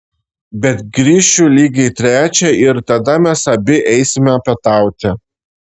bet grįšiu lygiai trečią ir tada mes abi eisime pietauti